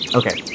okay